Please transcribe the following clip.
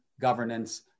governance